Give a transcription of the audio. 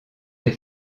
des